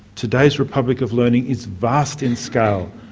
today's republic of learning is vast in scale,